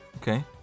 Okay